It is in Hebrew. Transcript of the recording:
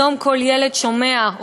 היום כל ילד שומע,